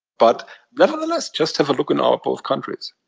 but nevertheless, just have a look on our both countries.